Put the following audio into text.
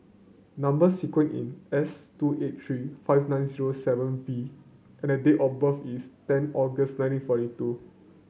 number sequence is S two eight three five nine zero seven V and date of birth is ten August nineteen forty two